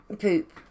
poop